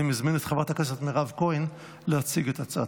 אני מזמין את חברת הכנסת מירב כהן להציג את הצעת.